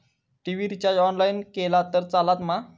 TV recharge online केला तरी चलात मा?